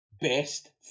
best